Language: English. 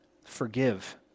forgive